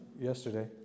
yesterday